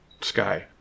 sky